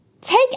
Take